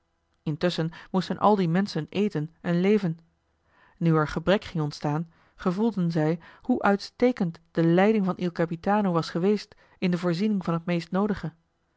intusschen moesten al die menschen eten en leven nu er gebrek ging ontstaan gevoelden zij hoe uitstekend de leiding van il capitano was geweest in de voorziening van het meest noodige